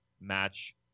match